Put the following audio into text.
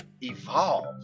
evolve